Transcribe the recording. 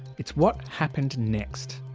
it's what happened next.